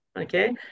Okay